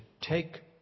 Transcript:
take